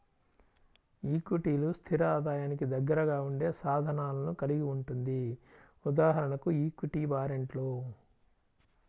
ఈక్విటీలు, స్థిర ఆదాయానికి దగ్గరగా ఉండే సాధనాలను కలిగి ఉంటుంది.ఉదాహరణకు ఈక్విటీ వారెంట్లు